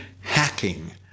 hacking